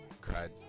cried